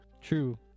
True